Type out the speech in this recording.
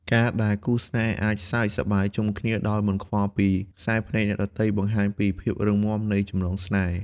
ការដែលគូស្នេហ៍អាចសើចសប្បាយជុំគ្នាដោយមិនខ្វល់ពីខ្សែភ្នែកអ្នកដទៃ បង្ហាញពីភាពរឹងមាំនៃចំណងស្នេហ៍។